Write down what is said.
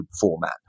format